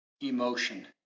Emotion